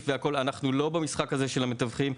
והכל; אנחנו לא במשחק הזה של המתווכים.